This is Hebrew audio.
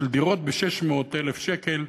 של דירות ב-600,000 שקל,